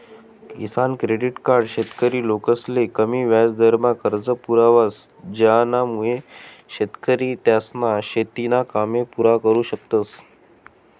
किसान credit card शेतकरी लोकसले कमी याजदरमा कर्ज पुरावस ज्यानामुये शेतकरी त्यासना शेतीना कामे पुरा करु शकतस